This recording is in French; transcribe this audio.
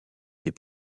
ses